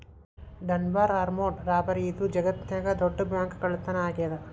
Dunbar armoured robbery ಇದು ಜಗತ್ನ್ಯಾಗ ದೊಡ್ಡ ಬ್ಯಾಂಕ್ಕಳ್ಳತನಾ ಆಗೇದ